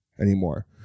anymore